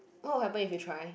what will happen if you try